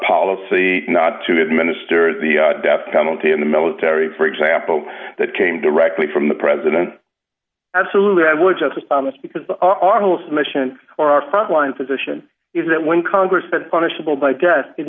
policy not to administer the death penalty in the military for example that came directly from the president absolutely i would just promise because the honest mission for our frontline position is that when congress that punishable by death it